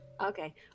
Okay